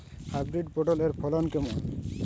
Hybrid পটলের ফলন কেমন?